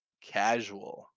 casual